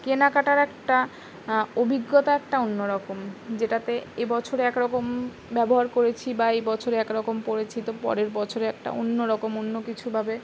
কেনাকাটার একটা অভিজ্ঞতা একটা অন্য রকম যেটাতে এ বছরে একরকম ব্যবহার করেছি বা এই বছরে একরকম পড়েছি তো পরের বছরে একটা অন্য রকম অন্য কিছুভাবে